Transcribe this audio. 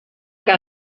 que